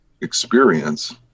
experience